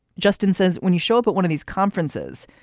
justin says when you show up at one of these conferences,